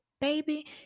baby